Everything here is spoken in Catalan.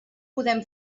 podem